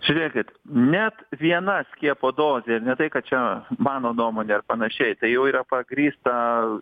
žiūrėkit net viena skiepo dozė ir ne tai kad čia mano nuomonė ar panašiai tai jau yra pagrįsta